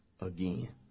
again